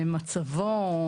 מצבו,